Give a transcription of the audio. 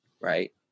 Right